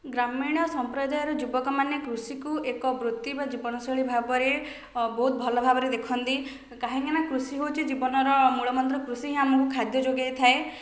ଗ୍ରାମୀଣ ସମ୍ପ୍ରଦାୟର ଯୁବକମାନେ କୃଷିକୁ ଏକ ବୃତ୍ତି ବା ଜୀବନଶୈଳୀ ଭାବରେ ବହୁତ ଭଲ ଭାବରେ ଦେଖନ୍ତି କାହିଁକିନା କୃଷି ହେଉଛି ଜୀବନର ମୂଳମନ୍ତ୍ର କୃଷି ହିଁ ଆମକୁ ଖାଦ୍ୟ ଯୋଗାଇଥାଏ